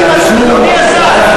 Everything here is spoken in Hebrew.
זה עצוב,